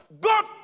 God